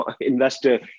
investor